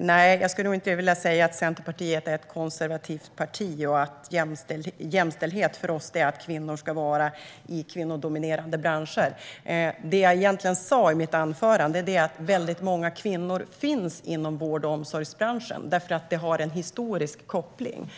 Nej, jag skulle nog inte vilja säga att Centerpartiet är ett konservativt parti och att jämställdhet för oss är att kvinnor ska vara i kvinnodominerade branscher. Det som jag egentligen sa i mitt anförande var att väldigt många kvinnor finns inom vård och omsorgsbranschen därför att det finns en historisk koppling.